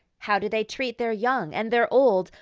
how do they treat their young and their old?